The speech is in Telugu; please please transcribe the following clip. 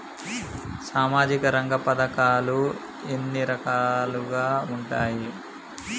సామాజిక రంగ పథకాలు ఎన్ని రకాలుగా ఉంటాయి?